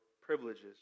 privileges